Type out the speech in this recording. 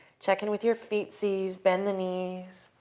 check in with your feetsies. bend the knees,